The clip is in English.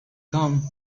come